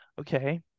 okay